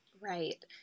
Right